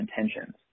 intentions